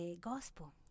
gospel